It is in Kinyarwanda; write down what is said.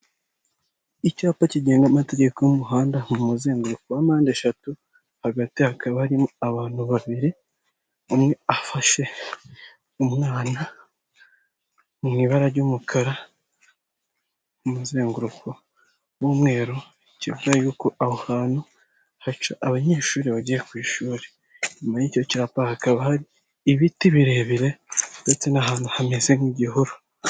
Icyapa kigenga amategeko y'umuhanda. Iki cyapa gifite ibara ry'umutuku, umweru n'umukara, kiriho igishushanyo ry'umubyeyi ufashe akuboko umwana. Iki cyapa kigaragaza ko aho ari ho abanyeshuru bagendera.